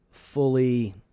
fully